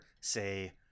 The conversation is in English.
say